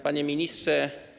Panie Ministrze!